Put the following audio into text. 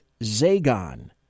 Zagon